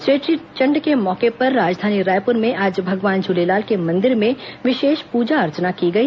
चेट्रीचंड के मौके पर राजधानी रायपुर में आज भगवान झूलेलाल के मंदिर में विशेष पूजा अर्चना की गई